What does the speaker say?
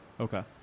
Okay